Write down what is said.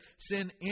sin